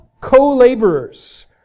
co-laborers